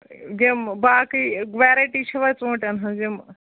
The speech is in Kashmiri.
یِم باقٕے وٮ۪رایٹی چھِوا ژوٗنٛٹٮ۪ن ہٕنٛز یِم